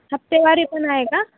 हफ्तेवारी पण आहे का